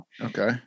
Okay